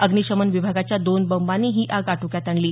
अग्निशमन विभागाच्या दोन बबांनी ही आग आटोक्यात आणली